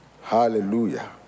Hallelujah